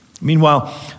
Meanwhile